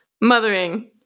mothering